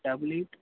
double eight